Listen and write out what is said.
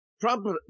Trump